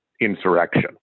insurrection